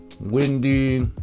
windy